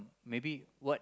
maybe what